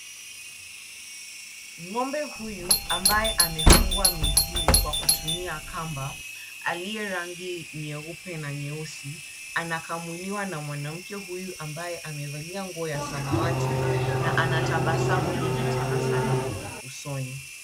Ng'ombe huyu ambaye amefungwa miguu kwa kutumia kamba, aliye rangi nyeupe na nyeusi, anakamuliwa na mwanamke huyu ambaye amevalia nguo samawati na ana tabasamu nyingi tena sana usoni.